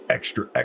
Extra